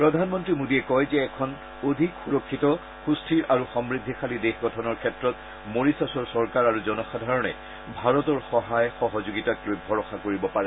প্ৰধানমন্তী মোডীয়ে কয় যে এখন অধিক সুৰক্ষিত সুস্থিৰ আৰু সমূদ্দিশালী দেশ গঠনৰ ক্ষেত্ৰত মৰিছাছৰ চৰকাৰ আৰু জনসাধাৰণে ভাৰতৰ সহায় সহযোগিতাক লৈ ভৰসা কৰিব পাৰে